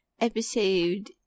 episode